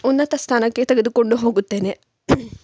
ಉನ್ನತ ಸ್ಥಾನಕ್ಕೆ ತೆಗೆದುಕೊಂಡು ಹೋಗುತ್ತೇನೆ